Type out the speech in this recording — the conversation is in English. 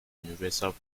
universal